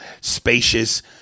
spacious